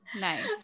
nice